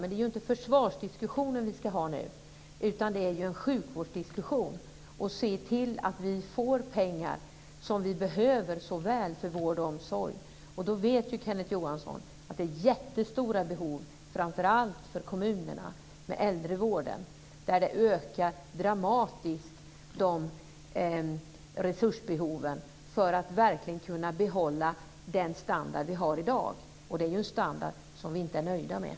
Men det är ju inte en försvarsdiskussion som vi ska föra nu utan en sjukvårdsdiskussion, och vi ska se till att vi får de pengar som vi behöver så väl för vård och omsorg. Och då vet ju Kenneth Johansson att det finns jättestora behov, framför allt för kommunerna med äldrevården, där resursbehoven ökar dramatiskt för att man ska kunna behålla den standard som vi har i dag, och det är ju en standard som vi inte är nöjda med.